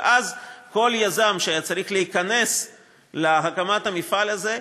ואז כל יזם שהיה צריך להיכנס להקמת המפעל הזה,